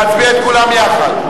להצביע על כולן יחד.